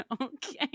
okay